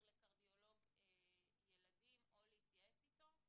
לקרדיולוג ילדים או להתייעץ איתו.